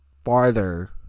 farther